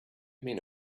men